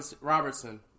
Robertson